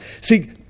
See